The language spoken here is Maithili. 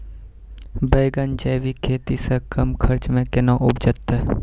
बैंगन जैविक खेती से कम खर्च मे कैना उपजते?